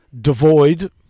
devoid